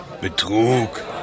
Betrug